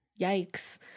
Yikes